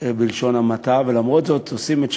בלשון המעטה, ולמרות זאת הם עושים את שלהם.